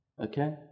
Okay